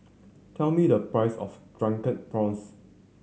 tell me the price of Drunken Prawns